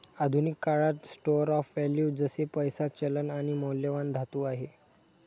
आधुनिक काळात store of value जसे पैसा, चलन आणि मौल्यवान धातू आहे